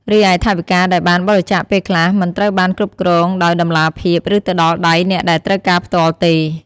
រីឯ ថវិកាដែលបានបរិច្ចាគពេលខ្លះមិនត្រូវបានគ្រប់គ្រងដោយតម្លាភាព ឬទៅដល់ដៃអ្នកដែលត្រូវការផ្ទាល់ទេ។